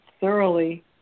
thoroughly